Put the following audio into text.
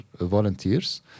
volunteers